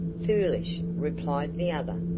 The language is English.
foolish, replied the other.